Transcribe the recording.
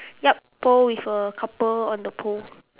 yup pole with a couple on the pole